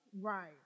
Right